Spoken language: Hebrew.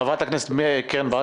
חברת הכנסת קרן ברק,